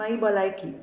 मागी भलायकी